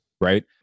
right